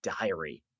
diary